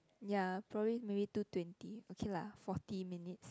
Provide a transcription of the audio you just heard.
ya probably maybe two twenty okay lah forty minutes